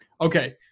Okay